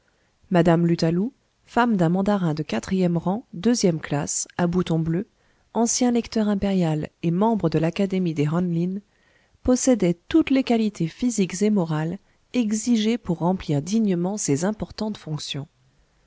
mme lutalou femme d'un mandarin de quatrième rang deuxième classe à bouton bleu ancien lecteur impérial et membre de l'académie des han lin possédait toutes les qualités physiques et morales exigées pour remplir dignement ces importantes fonctions